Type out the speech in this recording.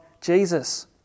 Jesus